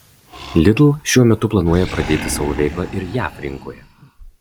lidl šiuo metu planuoja pradėti savo veiklą ir jav rinkoje